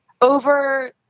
Over